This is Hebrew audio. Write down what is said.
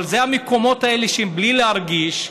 אבל אלה המקומות שבלי להרגיש,